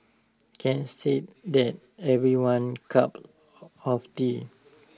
can't say that's everyone's cup of tea